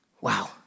Wow